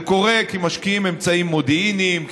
זה קורה כי משקיעים אמצעים מודיעיניים,